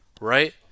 right